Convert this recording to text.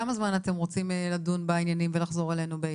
כמה זמן אתם רוצים לדון בעניינים ולחזור אלינו עם התקדמויות?